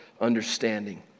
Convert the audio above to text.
understanding